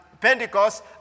Pentecost